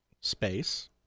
Space